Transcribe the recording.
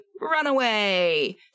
runaway